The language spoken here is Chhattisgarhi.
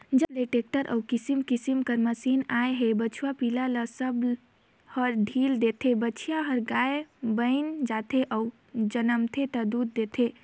जब ले टेक्टर अउ किसम किसम के मसीन आए हे बछवा पिला ल सब ह ढ़ील देथे, बछिया हर गाय बयन जाथे अउ जनमथे ता दूद देथे